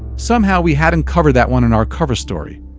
somehow we hadn't covered that one in our cover story!